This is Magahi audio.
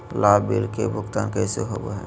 लाभ बिल के भुगतान कैसे होबो हैं?